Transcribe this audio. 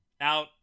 out